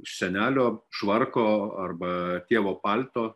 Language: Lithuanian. iš senelio švarko arba tėvo palto